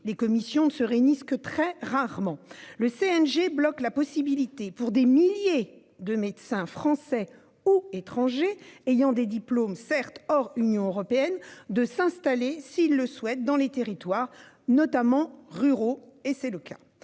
les commissions ne se réunissent que très rarement -, le CNG bloque la possibilité pour des milliers de médecins, français ou étrangers, ayant des diplômes hors Union européenne de s'installer dans les territoires, notamment ruraux, s'ils le